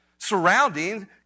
surrounding